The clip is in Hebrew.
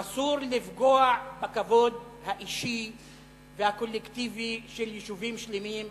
אסור לפגוע בכבוד האישי והקולקטיבי של יישובים שלמים,